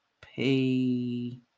pay